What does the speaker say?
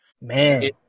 Man